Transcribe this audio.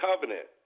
covenant